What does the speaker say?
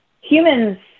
humans